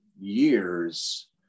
years